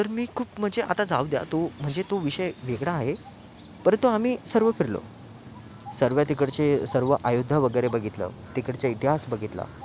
तर मी खूप म्हणजे आता जाऊ द्या तो म्हणजे तो विषय वेगळा आहे परंतु आम्ही सर्व फिरलो सर्व तिकडचे सर्व अयोध्या वगैरे बघितलं तिकडचे इतिहास बघितला